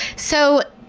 so,